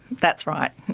that's right.